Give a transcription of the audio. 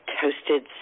toasted